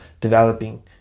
developing